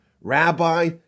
Rabbi